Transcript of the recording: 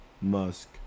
Musk